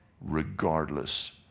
regardless